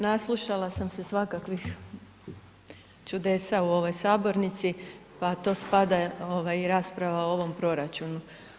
Naslušala sam se svakakvih čudesa u ovoj sabornici pa tu spada i rasprava o ovom proračunu.